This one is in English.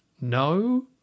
No